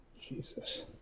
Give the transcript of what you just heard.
jesus